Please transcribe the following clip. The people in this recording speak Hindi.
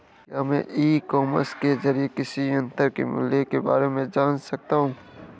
क्या मैं ई कॉमर्स के ज़रिए कृषि यंत्र के मूल्य में बारे में जान सकता हूँ?